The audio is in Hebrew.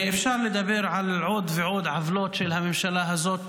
אפשר לדבר על עוד ועוד עוולות של הממשלה הזאת